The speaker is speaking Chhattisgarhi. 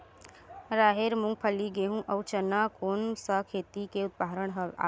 राहेर, मूंगफली, गेहूं, अउ चना कोन सा खेती के उदाहरण आवे?